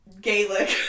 Gaelic